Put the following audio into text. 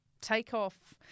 takeoff